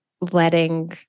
letting